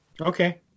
Okay